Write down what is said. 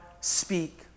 speak